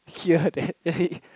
here that